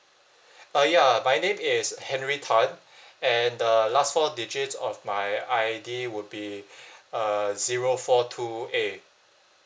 uh ya my name is henry tan and the last four digits of my I_D would be uh zero four two eight